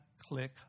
click